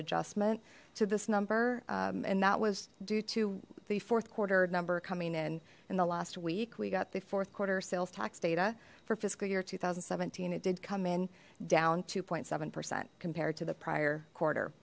adjustment to this number and that was due to the fourth quarter number coming in in the last week we got the fourth quarter sales tax data for fiscal year two thousand and seventeen it did come in down two seven percent compared to the prior quarter